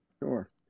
sure